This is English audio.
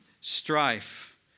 strife